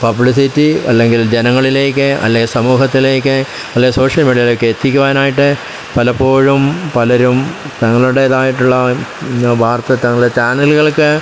publicity അല്ലെങ്കിൽ ജനങ്ങളിലേക്ക് അല്ലെങ്കിൽ സമൂഹത്തിലേക്ക് അല്ലെ സോഷ്യൽ മീഡിയയിലേക്ക് എത്തിക്കുവാനായിട്ട് പലപ്പോഴും പലരും തങ്ങളുടേതായിട്ടുള്ള വാർത്ത തങ്ങളുടെ ചാനലുകൾക്ക്